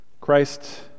Christ